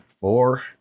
Four